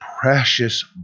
precious